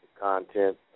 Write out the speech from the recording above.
content